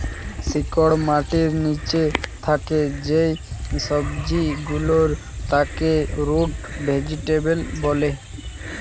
শিকড় মাটির নিচে থাকে যেই সবজি গুলোর তাকে রুট ভেজিটেবল বলে